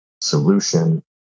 solution